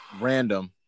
random